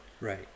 Right